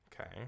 Okay